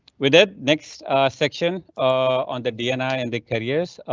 with the next section on the dni and the carriers